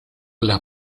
las